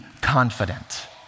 confident